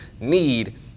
need